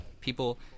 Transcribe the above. people